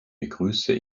begrüße